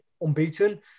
unbeaten